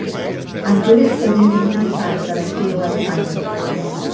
i'm good at holding things inside but i feel like i could crumble.